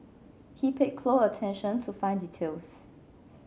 he paid attention to fine details